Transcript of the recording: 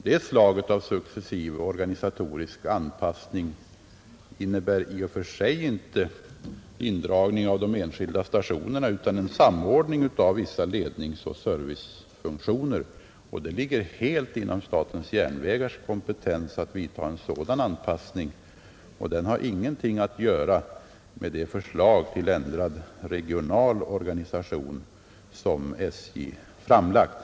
Det slaget av successiv organisatorisk anpassning innebär i och för sig inte indragning av de enskilda stationerna utan en samordning av vissa ledningsoch servicefunktioner, och det ligger helt inom statens järnvägars kompetens att vidta en sådan anpassning. Den har ingenting att göra med det förslag till ändrad regional organisation som SJ framlagt.